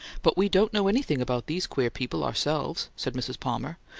but we don't know anything about these queer people, ourselves, said mrs. palmer.